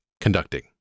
conducting